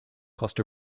cost